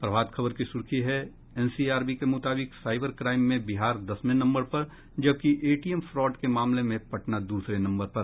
प्रभात खबर की सुर्खी है एनसीआरबी के मुताबिक साइबर क्राइम में बिहार दसवें नम्बर पर जबकि एटीएम फ्रॉड के मामले में पटना दूसरे नम्बर पर